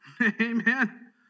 Amen